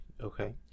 Okay